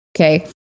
Okay